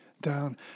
down